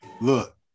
Look